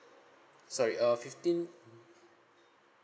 sorry uh fifteen